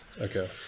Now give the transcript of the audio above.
okay